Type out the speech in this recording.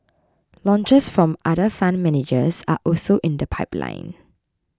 launches from other fund managers are also in the pipeline